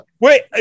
wait